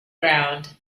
ground